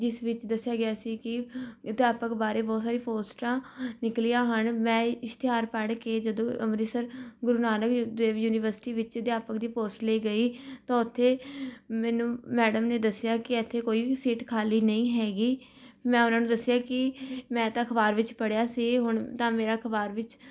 ਜਿਸ ਵਿੱਚ ਦੱਸਿਆ ਗਿਆ ਸੀ ਕਿ ਅਧਿਆਪਕ ਬਾਰੇ ਬਹੁਤ ਸਾਰੀਆਂ ਪੋਸਟਾਂ ਨਿਕਲੀਆਂ ਹਨ ਮੈਂ ਇਸ਼ਤਿਹਾਰ ਪੜ੍ਹ ਕੇ ਜਦੋਂ ਅੰਮ੍ਰਿਤਸਰ ਗੁਰੂ ਨਾਨਕ ਦੇਵ ਯੂਨੀਵਰਸਿਟੀ ਵਿੱਚ ਅਧਿਆਪਕ ਦੀ ਪੋਸਟ ਲਈ ਗਈ ਤਾਂ ਉੱਥੇ ਮੈਨੂੰ ਮੈਡਮ ਨੇ ਦੱਸਿਆ ਕਿ ਇੱਥੇ ਕੋਈ ਵੀ ਸੀਟ ਖਾਲੀ ਨਹੀਂ ਹੈਗੀ ਮੈਂ ਉਹਨਾਂ ਨੂੰ ਦੱਸਿਆ ਕਿ ਮੈਂ ਤਾਂ ਅਖ਼ਬਾਰ ਵਿੱਚ ਪੜ੍ਹਿਆ ਸੀ ਹੁਣ ਤਾਂ ਮੇਰਾ ਅਖਬਾਰ ਵਿੱਚ